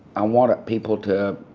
i wanted people to